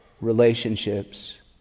relationships